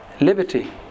liberty